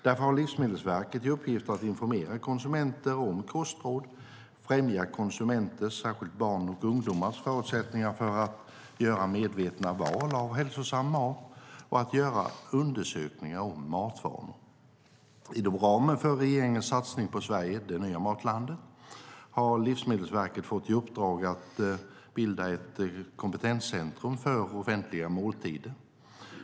Därför har Livsmedelsverket i uppgift att informera konsumenter om kostråd, främja konsumenters, särskilt barns och ungdomars, förutsättningar för att göra medvetna val av hälsosam mat och att göra undersökningar om matvanor. Inom ramen för regeringens satsning på Sverige - det nya matlandet har Livsmedelsverket fått i uppdrag att bilda ett kompetenscentrum för offentliga måltider.